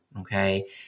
Okay